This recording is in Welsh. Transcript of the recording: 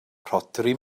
rhodri